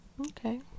Okay